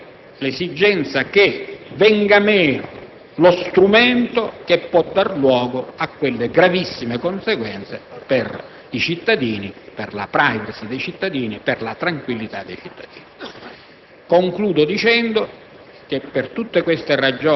Una distruzione che è determinata da un desiderio: l'esigenza che venga meno lo strumento che può dar luogo a quelle gravissime conseguenze per la *privacy* e la tranquillità dei cittadini.